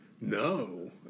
No